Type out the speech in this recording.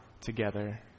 together